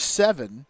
seven